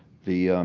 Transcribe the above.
the